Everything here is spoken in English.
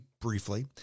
briefly